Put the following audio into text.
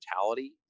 mentality